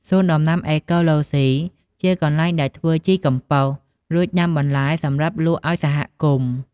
សួនដំណាំអេកូឡូហ្ស៊ី ជាកន្លែងដែលធ្វើជីកំប៉ុស រួចដាំបន្លែសម្រាប់លក់ឲ្យសហគមន៍។